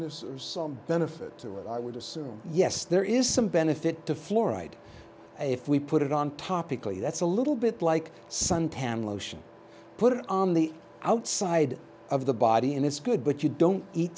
there's some benefits there where i would assume yes there is some benefit to fluoride if we put it on topically that's a little bit like suntan lotion put it on the outside of the body and it's good but you don't eat